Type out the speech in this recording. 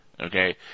Okay